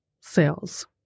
sales